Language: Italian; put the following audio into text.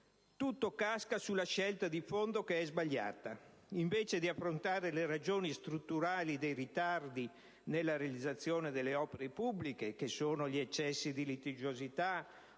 tutto casca sulla scelta di fondo, che è sbagliata: invece di affrontare le ragioni strutturali dei ritardi nella realizzazione delle opere pubbliche (eccessi di litigiosità,